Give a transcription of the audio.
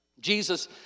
Jesus